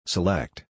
Select